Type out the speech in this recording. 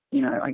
you know, like